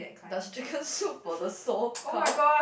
does chicken soup for the soul count